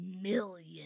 million